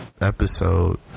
episode